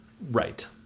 Right